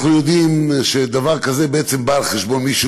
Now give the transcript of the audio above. אנחנו יודעים שדבר כזה בעצם בא על חשבון מישהו,